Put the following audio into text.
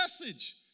message